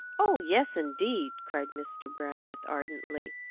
oh yes, indeed! cried mr. brandreth ardently.